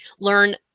learn